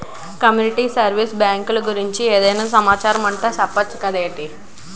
community develop బ్యాంకులు గురించి ఏమైనా సమాచారం ఉంటె చెప్పొచ్చు కదేటి